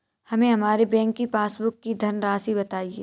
हमें हमारे बैंक की पासबुक की धन राशि बताइए